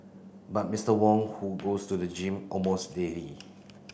but Mister Wong who goes to the gym almost daily